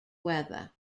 weather